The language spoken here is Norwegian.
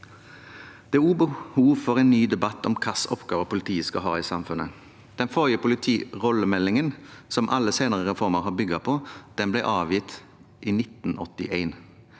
Det er også behov for en ny debatt om hva slags oppgaver politiet skal ha i samfunnet. Den forrige politirollemeldingen, som alle senere reformer har bygd på, ble lagt frem i 1981